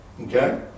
okay